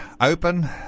open